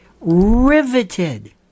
riveted